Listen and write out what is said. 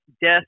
death